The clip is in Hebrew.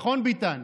נכון, ביטן?